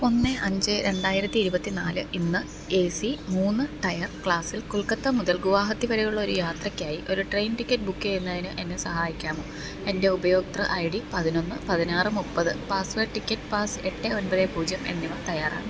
ഒന്ന് അഞ്ച് രണ്ടായിരത്തി ഇരുപത്തി നാല് ഇന്ന് എ സി മൂന്ന് ടയർ ക്ലാസ്സിൽ കൊൽക്കത്ത മുതൽ ഗുവാഹത്തി വരെയുള്ള ഒരു യാത്രയ്ക്കായി ഒരു ട്രെയിൻ ടിക്കറ്റ് ബുക്ക് ചെയ്യുന്നതിന് എന്നെ സഹായിക്കാമോ എൻ്റെ ഉപയോക്തൃ ഐ ഡി പതിനൊന്ന് പതിനാറ് മുപ്പത് പാസ്സ്വേഡ് ടിക്കറ്റ് പാസ് എട്ട് ഒൻപത് പൂജ്യം എന്നിവ തയ്യാറാണ്